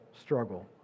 struggle